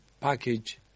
package